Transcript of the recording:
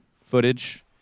footage